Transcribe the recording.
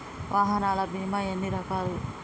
వాహనాల బీమా ఎన్ని రకాలు?